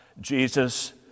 Jesus